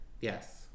Yes